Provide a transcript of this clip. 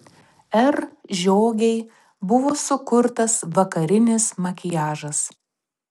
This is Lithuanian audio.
r žiogei buvo sukurtas vakarinis makiažas